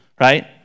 right